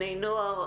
בני נוער,